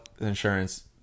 insurance